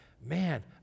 Man